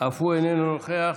איננו נוכח,